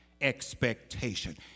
expectation